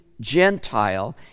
Gentile